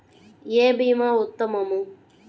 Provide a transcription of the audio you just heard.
ఏ భీమా ఉత్తమము?